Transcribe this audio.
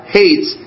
hates